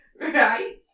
right